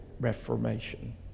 reformation